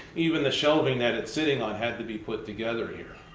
even the shelving that it's sitting on had to be put together here.